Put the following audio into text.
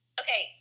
okay